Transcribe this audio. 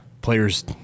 Players